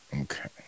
Okay